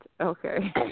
Okay